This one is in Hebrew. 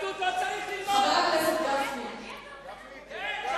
תודה רבה,